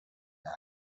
مرگ